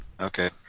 Okay